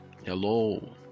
Hello